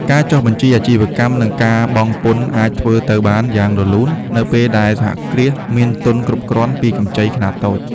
ការចុះបញ្ជីអាជីវកម្ម និងការបង់ពន្ធអាចធ្វើទៅបានយ៉ាងរលូន នៅពេលដែលសហគ្រាសមានទុនគ្រប់គ្រាន់ពីកម្ចីខ្នាតតូច។